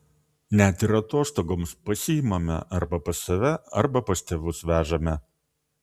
net ir atostogoms pasiimame arba pas save arba pas tėvus vežame